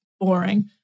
boring